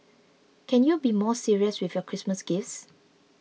can you be more serious with your Christmas gifts